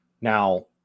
Now